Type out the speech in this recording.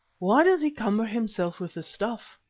why does he cumber himself with the stuff?